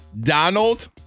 Donald